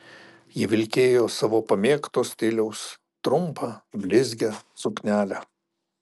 ji vilkėjo savo pamėgto stiliaus trumpą blizgią suknelę